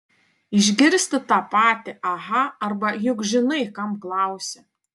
išgirsti tą patį aha arba juk žinai kam klausi